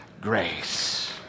grace